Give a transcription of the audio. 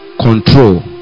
control